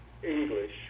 English